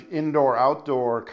indoor-outdoor